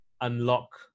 unlock